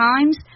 times